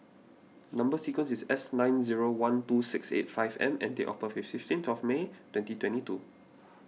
Number Sequence is S nine zero one two six eight five M and date of birth is fifteenth May twenty twenty two